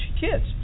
kids